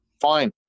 fine